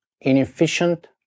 inefficient